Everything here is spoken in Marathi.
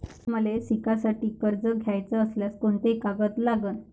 मले शिकासाठी कर्ज घ्याचं असल्यास कोंते कागद लागन?